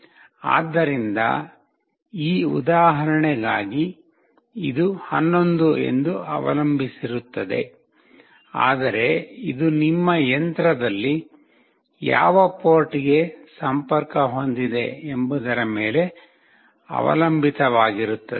ಆದ್ದರಿಂದ ಈ ಉದಾಹರಣೆಗಾಗಿ ಇದು 11 ಎಂದು ಅವಲಂಬಿಸಿರುತ್ತದೆ ಆದರೆ ಇದು ನಿಮ್ಮ ಯಂತ್ರದಲ್ಲಿ ಯಾವ ಪೋರ್ಟ್ ಗೆ ಸಂಪರ್ಕ ಹೊಂದಿದೆ ಎಂಬುದರ ಮೇಲೆ ಅವಲಂಬಿತವಾಗಿರುತ್ತದೆ